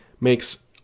makes